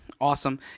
Awesome